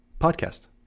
Podcast